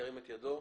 ירים את ידו.